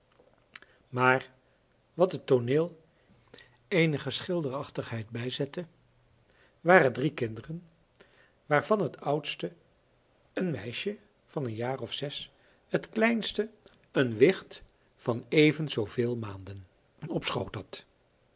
maar wat het tooneel eenige schilderachtigheid bijzette waren drie kinderen waarvan het oudste een meisje van een jaar of zes het kleinste een wicht van even zoo veel maanden op schoot had